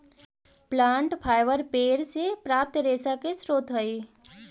plant fibre पेड़ से प्राप्त रेशा के स्रोत हई